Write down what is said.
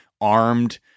armed